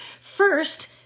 first